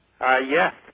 Yes